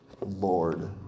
Lord